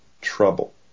trouble